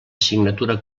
assignatura